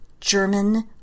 German